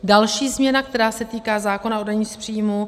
Další změna, která se týká zákona o dani z příjmu.